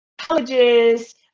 colleges